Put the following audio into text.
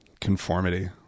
Conformity